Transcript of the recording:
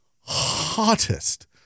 hottest